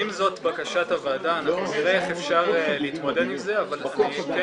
אם זאת בקשת הוועדה אנחנו נראה איך אפשר להתמודד עם זה אבל אני כן